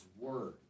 word